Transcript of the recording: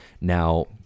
Now